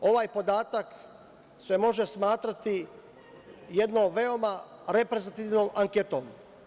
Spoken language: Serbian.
Ovaj podatak se može smatrati jedno veoma reprezentativnom anketom.